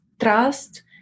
trust